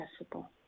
accessible